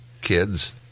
kids